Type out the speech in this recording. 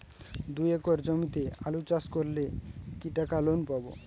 দুই একর জমিতে আলু চাষ করলে কি টাকা লোন পাবো?